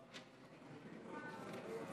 איתן,